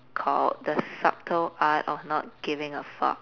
called the subtle art of not giving a fuck